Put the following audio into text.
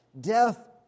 Death